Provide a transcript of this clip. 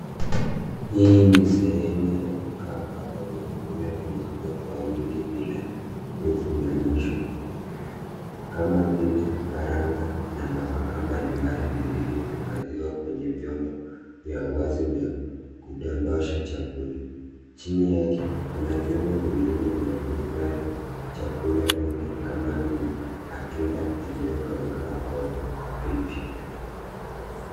Hii ni sehemu ya duka ambapo vyakula vinauzwa kwa wingi bila vifunganisho kama vile karanga na nafaka mbali mbali vilivyohifadhiwa kwenye vyombo vya wazi na kundondosha chakula. Chini yake kuna vyombo vingine vya kuhifadhi chakula vingi kama vile matunda yaliyokaushwa au pipi.